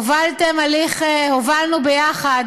הובלנו יחד